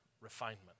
refinement